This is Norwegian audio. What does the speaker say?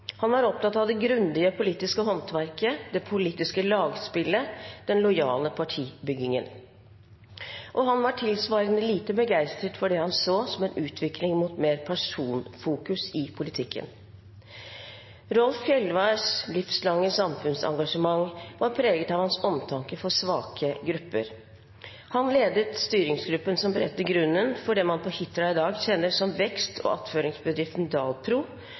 Han var opptatt av det grundige politiske håndverket, det politiske lagspillet og den lojale partibyggingen, og han var tilsvarende lite begeistret for det han så som en utvikling mot mer personfokus i politikken. Rolf Fjeldværs livslange samfunnsengasjement var preget av hans omtanke for svake grupper. Han ledet styringsgruppen som beredte grunnen for det man på Hitra i dag kjenner som vekst- og attføringsbedriften